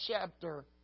chapter